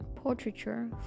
portraiture